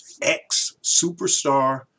ex-superstar